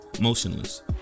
motionless